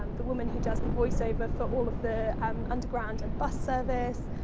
um the woman who does the voiceover for all of the um underground and bus service.